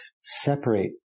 separate